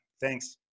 thanks